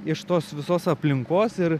iš tos visos aplinkos ir